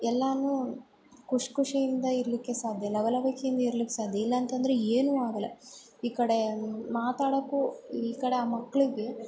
ಎಲ್ಲವು ಖುಷಿ ಖುಷಿಯಿಂದ ಇರಲಿಕ್ಕೆ ಸಾಧ್ಯ ಲವಲವಿಕೆಯಿಂದ ಇರಲಿಕ್ಕೆ ಸಾಧ್ಯ ಇಲ್ಲ ಅಂತಂದ್ರೆ ಏನೂ ಆಗೊಲ್ಲ ಈ ಕಡೆ ಮಾತಾಡೋಕ್ಕೂ ಈ ಕಡೆ ಆ ಮಕ್ಳಿಗೆ